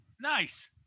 nice